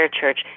church